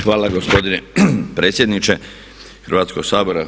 Hvala gospodine predsjedniče Hrvatskog sabora.